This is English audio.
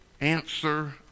answer